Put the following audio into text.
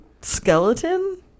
skeleton